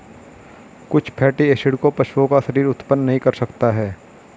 कुछ fatty acid को पशुओं का शरीर उत्पन्न नहीं कर सकता है